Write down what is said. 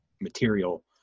material